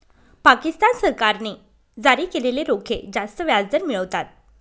पाकिस्तान सरकारने जारी केलेले रोखे जास्त व्याजदर मिळवतात